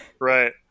Right